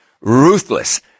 ruthless